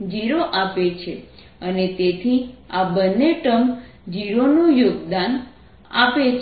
0 આપે છે અને તેથી આ બંને ટર્મ 0 નું યોગદાન આપે છે